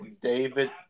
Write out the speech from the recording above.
David